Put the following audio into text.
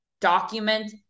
document